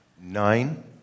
Nine